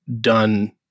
done